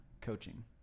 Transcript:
coaching